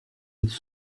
êtes